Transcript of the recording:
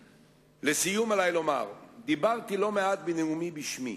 לסיום, עלי לומר: דיברתי לא מעט בנאומי בשמי,